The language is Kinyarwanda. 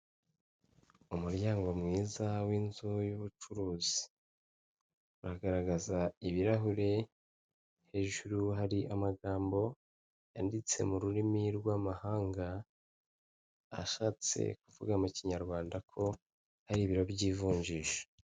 Umuryango mwiza w'inzu y'ubucuruzi uragaragaza ibirahuri, hejuru hari amagambo yanditse mu rurimi rw'amahanga, ashatse kuvuga mu kinyarwanda ko hari ibiro by'ivunjisha.